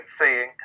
seeing